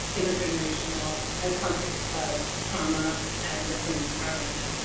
intergenerational, and context of trauma and a sense of powerlessness.